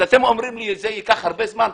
אתם אומרים לי שזה ייקח הרבה זמן?